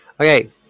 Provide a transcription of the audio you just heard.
Okay